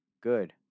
good